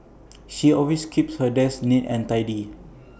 she always keeps her desk neat and tidy